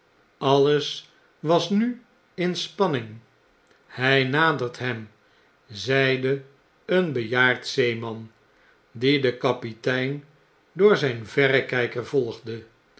alles was nu in spanning hij nadert hem zeide een bejaard zeeman die den kapitein door zgn verrekflker volgde